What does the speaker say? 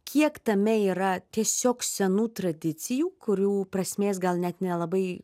kiek tame yra tiesiog senų tradicijų kurių prasmės gal net nelabai